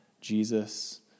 Jesus